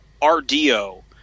RDO